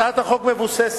הצעת החוק מבוססת